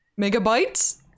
Megabytes